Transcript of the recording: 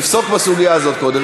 נפסוק בסוגיה הזאת קודם.